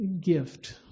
gift